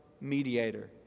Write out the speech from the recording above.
mediator